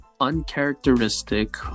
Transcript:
uncharacteristic